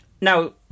now